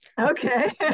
Okay